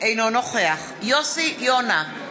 אינו נוכח יוסי יונה,